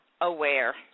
aware